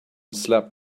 slept